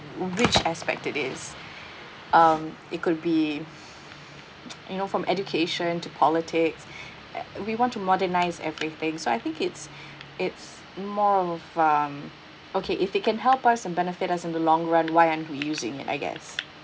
which aspect it is um it could be you know from education to politics uh we want to modernise everything so I think it's it's more of um okay if they can help us and benefit us in the long run why aren't we using it I guess